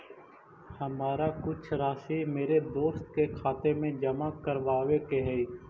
हमारा कुछ राशि मेरे दोस्त के खाते में जमा करावावे के हई